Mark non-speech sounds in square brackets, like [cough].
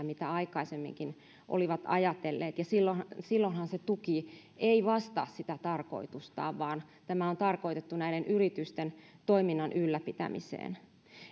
[unintelligible] mitä aikaisemminkin olivat ajatelleet ja silloinhan se tuki ei vastaa tarkoitustaan vaan tämä on tarkoitettu näiden yritysten toiminnan ylläpitämiseen